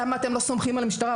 למה אתם לא סומכים על המשטרה.